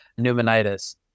pneumonitis